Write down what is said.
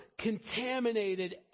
contaminated